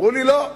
אמרו לי: לא,